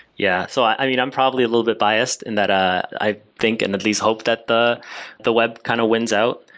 yeah so i mean, i'm probably a little bit biased and that i i think and at least hope that the the web kind of wins out.